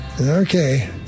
Okay